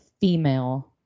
female